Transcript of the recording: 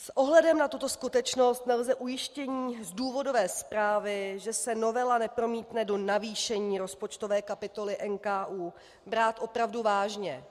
S ohledem na tuto skutečnost nelze ujištění z důvodové zprávy, že se novela nepromítne do navýšení rozpočtové kapitoly NKÚ, brát opravdu vážně.